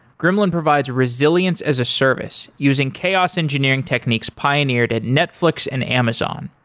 gremlin provides resilience as a service using chaos engineering techniques pioneered at netflix and amazon.